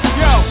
yo